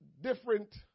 Different